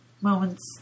Moments